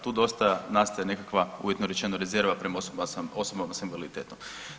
Tu dosta nastaje nekakva, uvjetno rečeno, rezerva prema osobama s invaliditetom.